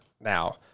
now